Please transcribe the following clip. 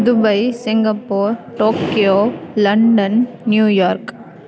Dubai Singapore Tokyo London New York